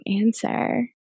answer